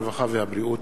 הרווחה והבריאות.